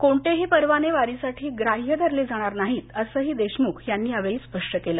कोणतेही परवाने वारीसाठी ग्राह्य धरले जाणार नाहीत असंही देशमुख यांनी यावेळी स्पष्ट केलं